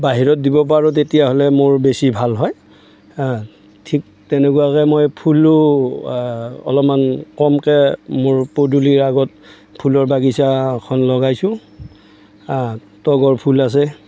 বাহিৰত দিব পাৰোঁ তেতিয়াহ'লে মোৰ বেছি ভাল হয় হাঁ ঠিক তেনেকুৱাকে মই ফুলো অলপমান কমকে মোৰ পদূলিৰ আগত ফুলৰ বাগিচাখন লগাইছো হাঁ তগৰ ফুল আছে